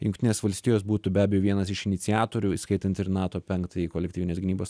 jungtinės valstijos būtų be abejo vienas iš iniciatorių įskaitant ir nato penktąjį kolektyvinės gynybos